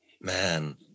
man